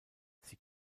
sie